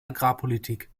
agrarpolitik